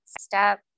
step